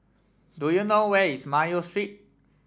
do you know where is Mayo Street